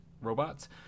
robots